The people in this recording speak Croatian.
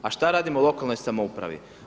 A šta radimo lokalnoj samoupravi?